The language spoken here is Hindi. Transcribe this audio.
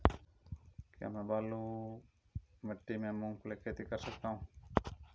क्या मैं बालू मिट्टी में मूंगफली की खेती कर सकता हूँ?